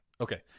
Okay